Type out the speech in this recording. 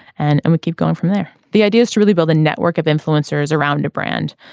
and and we keep going from there. the idea is to really build a network of influencers around the brand.